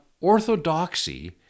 orthodoxy